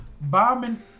bombing